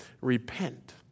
Repent